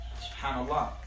SubhanAllah